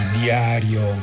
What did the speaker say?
diario